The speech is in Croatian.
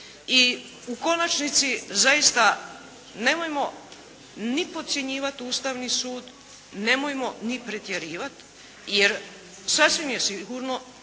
I u konačnici zaista nemojmo ni podcjenjivati Ustavni sud, nemojmo ni pretjerivati. Jer sasvim je sigurno